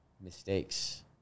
mistakes